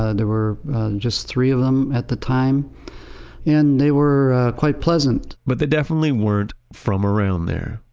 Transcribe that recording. ah there were just three of them at the time and they were quite pleasant but they definitely weren't from around there.